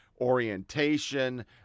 orientation